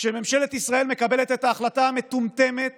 כשממשלת ישראל מקבלת את ההחלטה המטומטמת